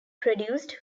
produced